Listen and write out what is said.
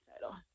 title